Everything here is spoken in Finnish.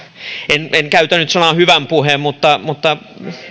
en en käytä nyt sanoja hyvän puheen mutta mutta